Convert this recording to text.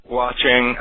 watching